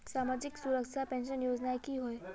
सामाजिक सुरक्षा पेंशन योजनाएँ की होय?